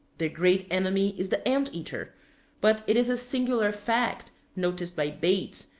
their great enemy is the ant-eater but it is a singular fact, noticed by bates,